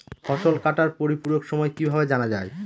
ফসল কাটার পরিপূরক সময় কিভাবে জানা যায়?